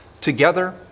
Together